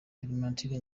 clementine